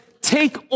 take